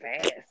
fast